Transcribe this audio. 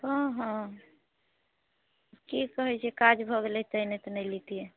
हँ हँ की कहैत छियै काज भऽ गेलै तै नहि तऽ नहि लैतिऐ